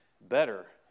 Better